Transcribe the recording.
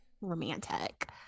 romantic